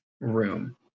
room